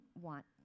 want